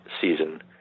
season